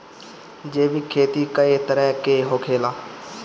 जैविक खेती कए तरह के होखेला?